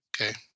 Okay